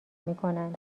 میکنند